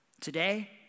today